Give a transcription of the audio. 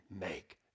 make